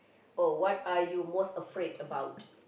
oh what are you most afraid about